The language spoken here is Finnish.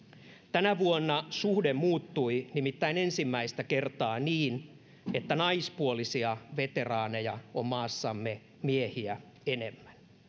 tänä vuonna suhde muuttui nimittäin ensimmäistä kertaa niin että naispuolisia veteraaneja on maassamme miehiä enemmän